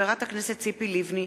הכנסת אילן גילאון,